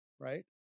Right